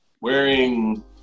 wearing